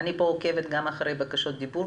אני עוקבת פה גם אחרי בקשות בדיבור.